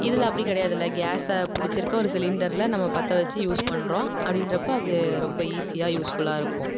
இதில் அப்படி கிடையாதில்ல கேஸை பிடிச்சிருக்க ஒரு சிலிண்டரில் நம்ம பற்ற வச்சு யூஸ் பண்ணுறோம் அப்படின்றப்ப அது ரொம்ப ஈஸியாக யூஸ்ஃபுல்லா இருக்கும்